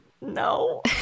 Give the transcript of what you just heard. No